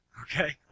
Okay